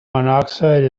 monoxide